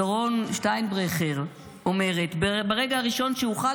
דורון שטיינברכר אומרת: ברגע הראשון שאוכל,